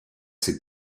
ses